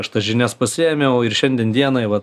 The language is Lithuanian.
aš tas žinias pasiėmiau ir šiandien dienai va